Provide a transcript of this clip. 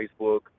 Facebook